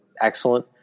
excellent